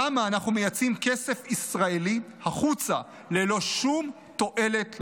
למה אנחנו מייצאים כסף ישראלי החוצה ללא שום תועלת למדינה?